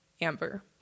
Amber